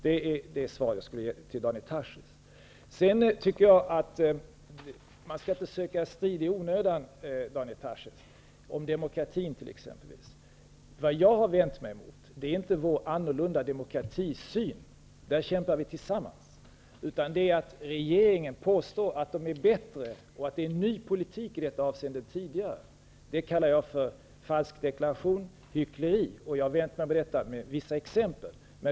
Det är mitt svar till Daniel Tarschys. Man skall inte söka strid i onödan om t.ex. demokratin, Daniel Tarschys. Det jag har vänt mig mot är inte att vi skulle ha en annorlunda syn på demokrati -- där kämpar vi tillsammans -- utan att regeringen påstår att den är bättre och att i detta avseende är det en ny politik än tidigare. Det kallar jag för falsk deklaration och hyckleri, och jag har vänt mig mot detta med vissa exempel.